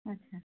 আচ্ছা